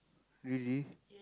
really